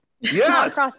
Yes